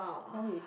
how long you take